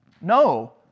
No